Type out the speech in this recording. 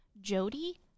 Jody